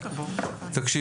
אנחנו